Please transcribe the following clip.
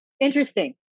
Interesting